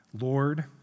Lord